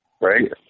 right